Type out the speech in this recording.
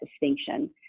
distinction